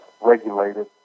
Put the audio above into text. regulated